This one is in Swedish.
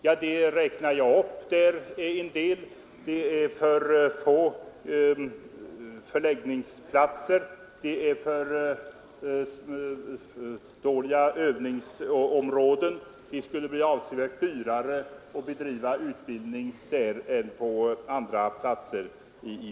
Jag räknade upp en del: det är för få förläggningsplatser, för dåliga övningsområden, det skulle bli avsevärt dyrare att bedriva utbildning där än på andra platser.